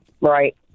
Right